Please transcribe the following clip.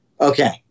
Okay